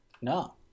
No